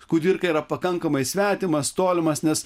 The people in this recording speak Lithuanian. kudirka yra pakankamai svetimas tolimas nes